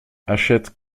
achète